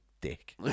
dick